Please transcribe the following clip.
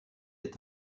est